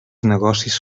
negocis